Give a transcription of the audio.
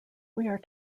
are